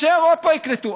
שאירופה יקלטו.